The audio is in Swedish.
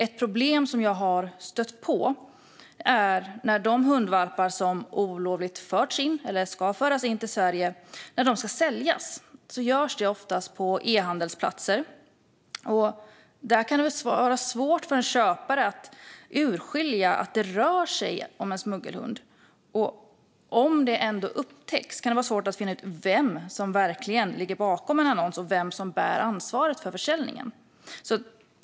Ett problem som jag har stött på är när de hundvalpar som olovligt förts in eller ska föras in i Sverige ska säljas. Det sker ofta på e-handelsplatser. Där kan det vara svårt för en köpare att urskilja att det rör sig om en smuggelhund. Och om det ändå upptäcks kan det vara svårt att finna ut vem som verkligen ligger bakom en annons och vem som bär ansvaret för försäljningen.